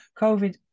covid